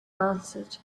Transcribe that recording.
answered